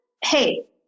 hey